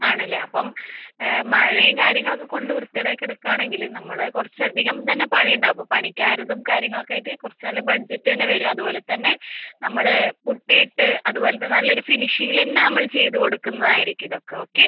ആണല്ലേ അപ്പം മഴയും കാര്യങ്ങളൊക്കെ കൊണ്ട് വൃത്തികേടായികിടക്കാണെങ്കിൽ നമ്മൾ കുറച്ചധികം തന്നെ പണിയുണ്ടാവും പണിക്കാരതും കാര്യങ്ങളൊക്കെ ആയിട്ട് കുറച്ച് നല്ല ബഡ്ജറ്റെന്നെ വരും അതുപോലെ തന്നെ നമ്മൾ പുട്ടിയിട്ട് അതുപോലത്തെ നല്ലൊരു ഫിനിഷിംഗിലെന്നെ നമ്മൾ ചെയ്ത് കൊടുക്കുന്നതായിരിക്കും ഇതൊക്കെ ഓക്കെ